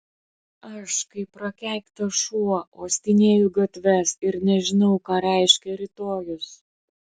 aš kaip prakeiktas šuo uostinėju gatves ir nežinau ką reiškia rytojus